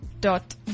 Dot